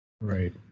Right